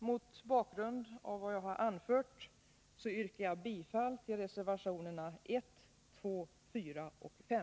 Mot bakgrund av vad jag anfört yrkar jag bifall till reservationerna 1, 2, 4 och 5.